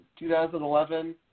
2011